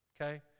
Okay